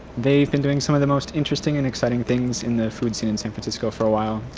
they've been doing some of the most interesting and exciting things in the food scene in san francisco for awhile.